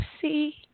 see